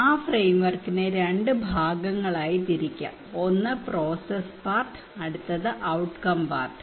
ആ ഫ്രെയിംവർക്കിനെ രണ്ട് ഭാഗങ്ങളായി തിരിക്കാം ഒന്ന് പ്രോസസ്സ് പാർട്ട് അടുത്തത് ഔട്ട്കം പാർട്ട്